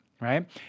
Right